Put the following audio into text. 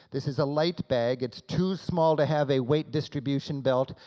this is a light bag, it's too small to have a weight distribution belt,